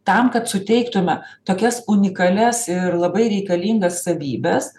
tam kad suteiktume tokias unikalias ir labai reikalingas savybes